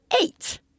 eight